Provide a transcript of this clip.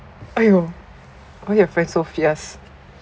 !aiyo! all your friend so fierce